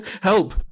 Help